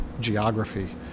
geography